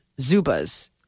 Zubas